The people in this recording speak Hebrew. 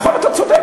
זו,